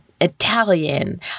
Italian